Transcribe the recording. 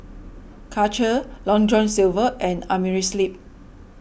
Karcher Long John Silver and Amerisleep